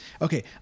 okay